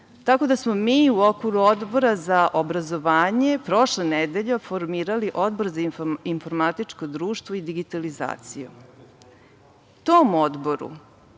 tako da smo mi u okviru Odbora za obrazovanje prošle nedelje formirali Odbor za informatičko društvo i digitalizaciju. Tom odboru